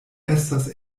estas